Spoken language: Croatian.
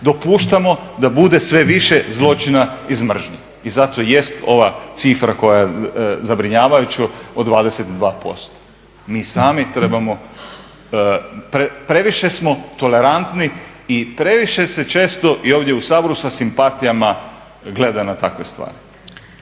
Dopuštamo da bude sve više zločina iz mržnje i zato jest ova cifra koja je zabrinjavajuća od 22%. MI sami trebamo, previše smo tolerantni i previše se često i ovdje u Saboru sa simpatijama gleda na takve stvari.